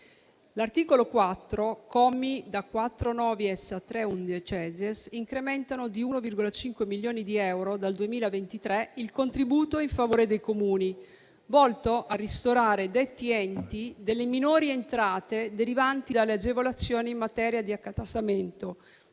L'articolo 4, commi da 4-*novies* a 4-*undecies*, incrementa di 1,5 milioni di euro dal 2023 il contributo in favore dei Comuni volto a ristorare detti enti delle minori entrate derivanti dalle agevolazioni in materia di accatastamento